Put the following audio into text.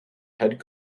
head